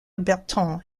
berton